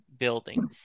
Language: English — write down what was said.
building